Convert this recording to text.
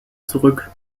zurück